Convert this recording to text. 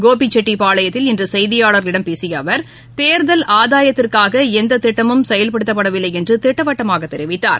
கோபிச்செட்டிபாளையத்தில் இன்றுசெய்தியாளர்களிடம் பேசியஅவர் தேர்தல் ஆதாயத்திற்காகளந்ததிட்டமும் செயல்படுத்தப்படவில்லைஎன்றுதிட்டவட்டமாகதெரிவித்தார்